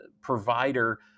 provider